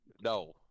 No